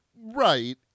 Right